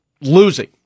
losing